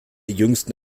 jüngsten